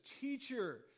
teacher